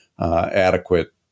adequate